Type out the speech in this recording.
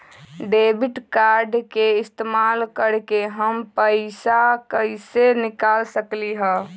Debit card के इस्तेमाल करके हम पैईसा कईसे निकाल सकलि ह?